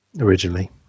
originally